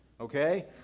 Okay